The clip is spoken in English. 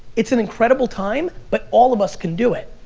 it's an incredible time, but all of us can do it.